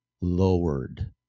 lowered